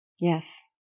Yes